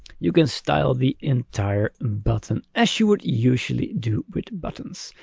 you can style the entire button as you would usually do with buttons.